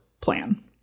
plan